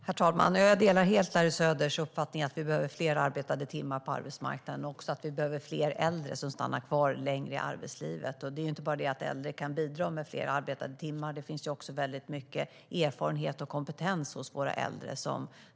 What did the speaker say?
Herr talman! Jag delar helt Larry Söders uppfattning att vi behöver fler arbetade timmar på arbetsmarknaden och fler äldre som stannar kvar längre i arbetslivet. Äldre kan inte bara bidra med fler arbetade timmar, utan det finns också mycket erfarenhet och kompetens hos våra äldre.